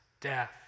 death